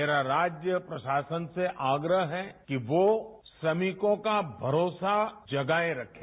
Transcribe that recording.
मेरा राज्य प्रशासन से आग्रह है कि वो श्रमिकों का भरोसा जगाए रखे